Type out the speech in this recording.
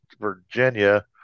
Virginia